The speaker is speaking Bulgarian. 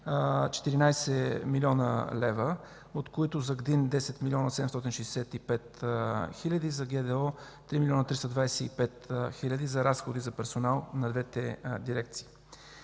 14 млн. лв., от които за ГДИН 10 млн. 765 хил. лв., за ГДО – 3 млн. 325 хил. лв., за разходи за персонал на двете дирекции.